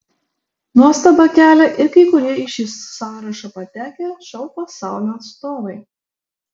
nuostabą kelia ir kai kurie į šį sąrašą patekę šou pasaulio atstovai